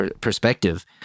perspective